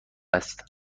است